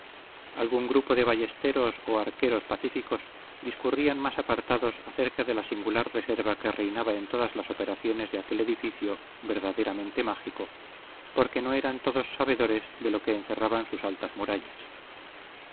algún grupo de ballesteros o archeros pacíficos discurrían más apartados acerca de la singular reserva que reinaba en todas las operaciones de aquel edificio verdaderamente mágico porque no eran todos sabedores de lo que encerraban sus altas murallas